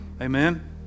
Amen